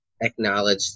acknowledge